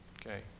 Okay